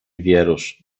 wierusz